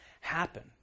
happen